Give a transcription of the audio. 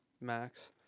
max